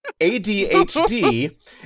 ADHD